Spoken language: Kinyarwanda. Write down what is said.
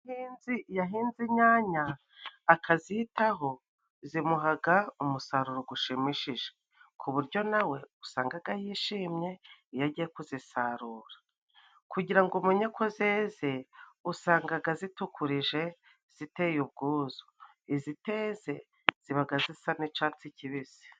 Umuhinzi yahinze inyanya akazitaho zimuhaga umusaruro gushimishije ku buryo nawe usangaga yishimye iyo agiye kuzisarura. Kugira ngo umenyeko zeze, usangaga zitukurije ziteye ubwuzu. Iziteze zibaga zisa n'icatsi kibisi.